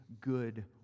good